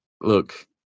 look